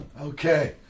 Okay